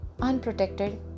Unprotected